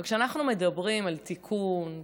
וכשאנחנו מדברים על תיקון,